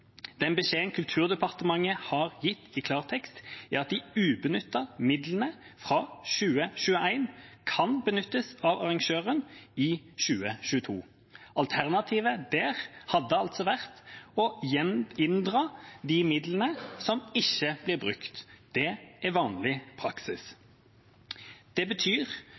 Den beskjeden Kulturdepartementet har gitt i klartekst, er at de ubenyttede midlene fra 2021 kan benyttes av arrangøren i 2022. Alternativet hadde altså vært å inndra de midlene som ikke ble brukt. Det er vanlig praksis. Det betyr,